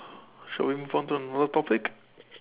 shall we move on to another topic